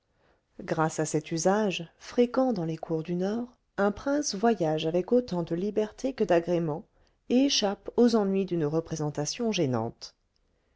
grâce à cet usage fréquent dans les cours du nord un prince voyage avec autant de liberté que d'agrément et échappe aux ennuis d'une représentation gênante